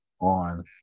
on